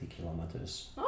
kilometers